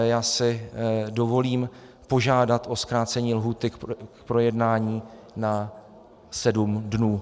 Já si dovolím požádat o zkrácení lhůty k projednání na 7 dnů.